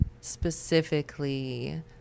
specifically